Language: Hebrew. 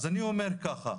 אז אני אומר ככה,